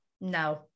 No